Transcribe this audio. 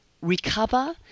recover